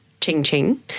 ching-ching